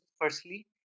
firstly